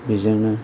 बेजोंनो